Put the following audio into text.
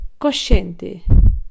cosciente